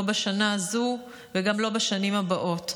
לא בשנה הזו וגם לא בשנים הבאות,